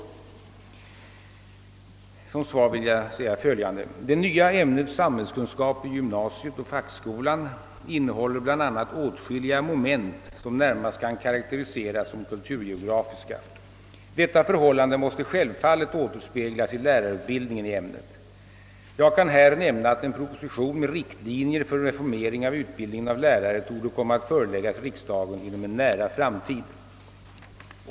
Som svar vill jag anföra följande: Det nya ämnet samhällskunskap i gymnasiet och fackskolan innehåller bl.a. åtskilliga moment som närmast kan karakteriseras som kulturgeografiska. Detta förhållande måste självfallet återspeglas i lärarutbildningen i ämnet. Jag kan här nämna att en proposition med riktlinjer för reformering av utbildningen av lärare torde komma att föreläggas riksdagen inom en nära framtid.